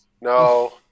No